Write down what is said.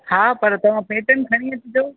हा पर तव्हां पैटन खणी अचिजो